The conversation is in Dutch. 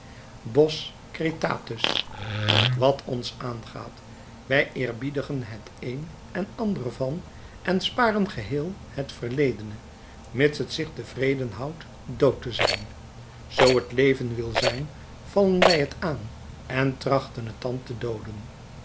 cretatus wat ons aangaat wij eerbiedigen het een en ander van en sparen geheel het verledene mits het zich tevreden houdt dood te zijn zoo het levend wil zijn vallen wij het aan en trachten het dan te dooden